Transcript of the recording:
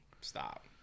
Stop